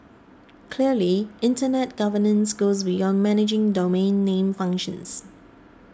clearly Internet governance goes beyond managing domain name functions